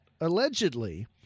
allegedly